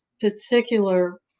particular